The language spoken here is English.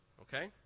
okay